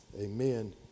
Amen